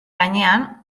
gainean